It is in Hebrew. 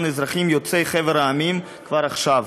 אזרחים יוצאי חבר המדינות כבר עכשיו.